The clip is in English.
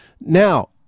now